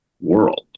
world